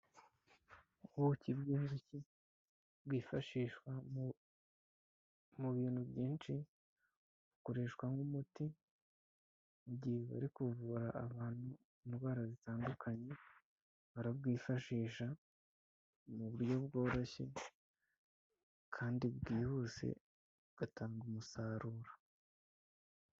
Ubuki bavugaho bwifashishwa mu bintu byinshi bukoreshwa nk'umuti igihe bari kuvura abantu indwara zitandukanye barabwifashisha mu buryo bworoshye kandi bwihuse bugatanga umusaruro.